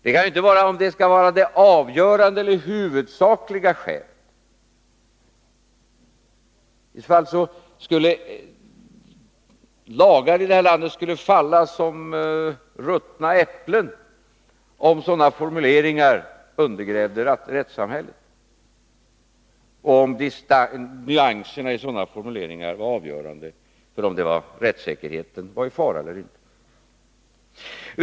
Det kan inte vara formuleringen ”det huvudsakliga skälet”. Lagar i det här landet skulle falla som ruttna äpplen om sådana formuleringar skulle undergräva rättssamhället eller om nyanserna i dem var avgörande för om rättssäkerheten var i fara eller inte.